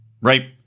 right